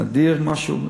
נדיר משהו,